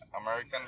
American